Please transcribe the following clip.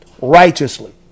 righteously